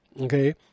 okay